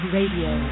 Radio